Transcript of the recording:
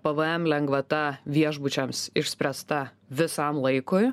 pvm lengvata viešbučiams išspręsta visam laikui